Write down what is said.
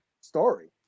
story